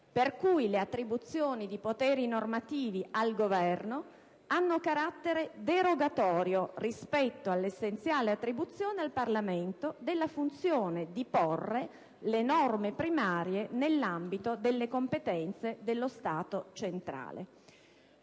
La attribuzione di poteri normativi al Governo, pertanto, ha «carattere derogatorio rispetto all'essenziale attribuzione al Parlamento della funzione di porre le norme primarie nell'ambito delle competenze dello Stato centrale».